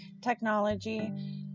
technology